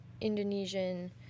Indonesian